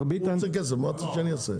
הוא רוצה כסף, מה אתה רוצה שאני אעשה?